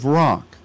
rock